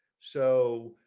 so